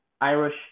Irish